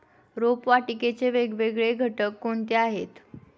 रोपवाटिकेचे वेगवेगळे घटक कोणते आहेत?